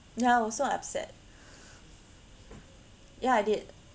ya I was so upset ya I did